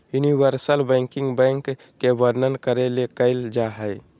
universal banking bank के वर्णन करे ले कइल जा हइ